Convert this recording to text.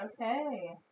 Okay